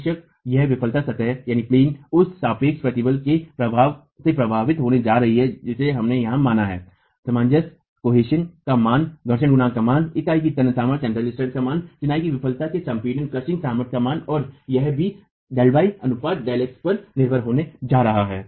बेशक यह विफलता सतह उस सापेक्ष प्रतिबल से प्रभावित होने जा रहा है जिसे हमने यहां माना है सामंजस्य का मान घर्षण गुणांक का मान इकाई की तनन सामर्थ्य का मान चिनाई की विफलता के संपीडन सामर्थ्य का मान और यह भी Δy अनुपात Δx पर निर्भर होने जा रहा है